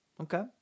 okay